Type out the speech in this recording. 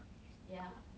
yeah